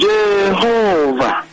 Jehovah